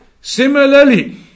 Similarly